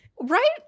Right